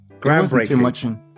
groundbreaking